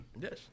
Yes